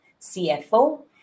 CFO